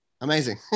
Amazing